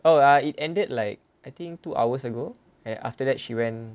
oh uh it ended like I think two hours ago and after that she went